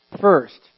First